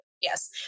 yes